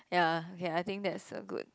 ya okay I think that's a good